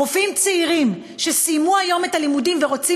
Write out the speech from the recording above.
רופאים צעירים שסיימו היום את הלימודים ורוצים